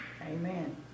Amen